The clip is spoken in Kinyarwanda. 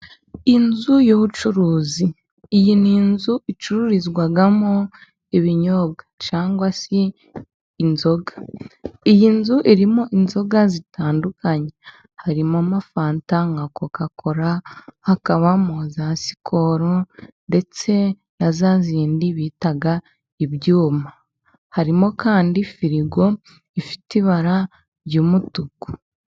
Inzu y'ubucuruzi. Iyi ni inzu icururizwamo ibinyobwa cyangwa se inzoga . Iyi nzu irimo inzoga zitandukanye. Harimo fanta nka kokakola, hakabamo za sikoro ,ndetse na za zindi bita ibyuma. Harimo kandi firigo ifite ibara ry'umutuku.